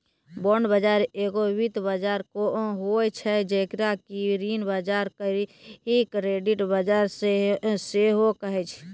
bond बजार एगो वित्तीय बजार होय छै जेकरा कि ऋण बजार आकि क्रेडिट बजार सेहो कहै छै